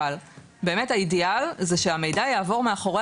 אבל באמת האידיאל זה שהמידע יעבור מאחורי